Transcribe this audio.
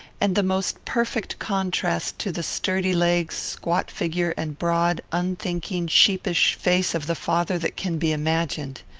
and the most perfect contrast to the sturdy legs, squat figure, and broad, unthinking, sheepish face of the father that can be imagined.